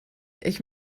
ich